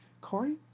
Corey